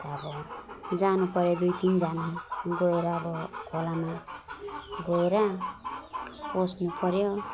जानुपऱ्यो दुईतिनजना गएर अब खोलामा गएर खोज्नुपऱ्यो